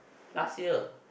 last year